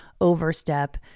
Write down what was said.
overstep